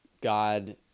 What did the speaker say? God